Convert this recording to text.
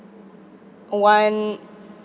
one